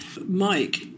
Mike